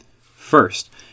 First